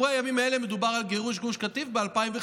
ב"אירועי הימים האלה" מדובר על גירוש גוש קטיף ב-2005.